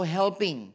helping